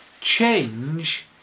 Change